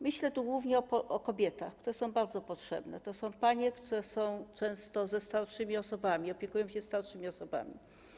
Myślę tu głównie o kobietach, które są bardzo potrzebne, to są panie, które są często ze starszymi osobami, opiekują się starszymi osobami.